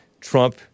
Trump